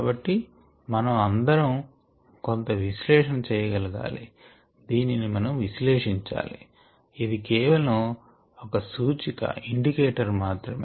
కాబట్టి మనం అందరం కొంత విశ్లేషణ చేయగలగాలి దీనిని మనం విశ్లేషించాలి ఇది కేవలం ఒక సూచిక మాత్రమే